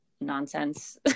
nonsense